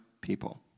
people